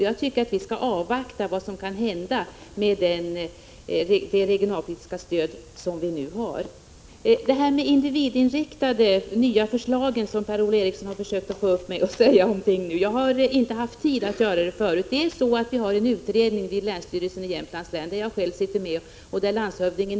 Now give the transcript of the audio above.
Jag tycker att vi skall avvakta och se vad som kan åstadkommas med det regionalpolitiska stöd vi har. Per-Ola Eriksson har försökt få mig att säga någonting om de nya förslagen om individinriktade insatser, men jag har inte hunnit göra det tidigare. Vi har en utredning vid länsstyrelsen i Jämtlands län. Jag sitter själv med i den utredningen, och det gör också landshövdingen.